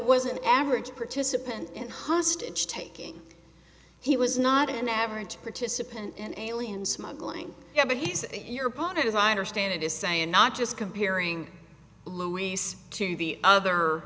was an average participant in hostage taking he was not an average participant in alien smuggling yet but he said your opponent as i understand it is saying not just comparing luis to the other